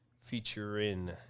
featuring